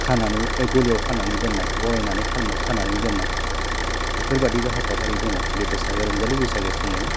खानानै गलियाव खानानै दोननाय बरायनानै खानाय खानानै दोननाय बेफोरबादिबो हाबाफारि दङ बे बैसागो रंजालि बैसागो समावनो